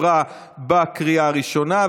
עברה בקריאה הראשונה,